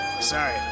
Sorry